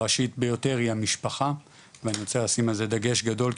הראשית ביותר היא המשפחה ואני רוצה לשים על זה דגש גדול,